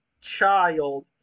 child